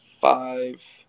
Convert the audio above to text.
five